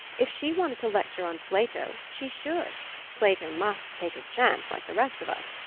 if she wanted to lecture on plato she should plato must take his chance like the rest of us!